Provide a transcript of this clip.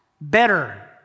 Better